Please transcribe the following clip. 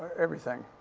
everything.